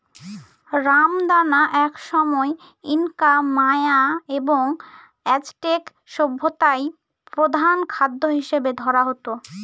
রামদানা একসময় Inca, Maya এবং অ্যাজটেক সভ্যতায় প্রধান খাদ্য হিসাবে ধরা হত